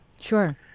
Sure